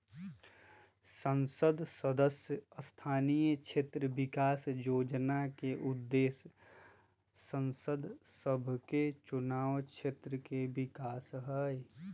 संसद सदस्य स्थानीय क्षेत्र विकास जोजना के उद्देश्य सांसद सभके चुनाव क्षेत्र के विकास हइ